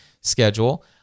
schedule